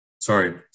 Sorry